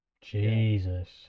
Jesus